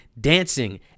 dancing